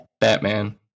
Batman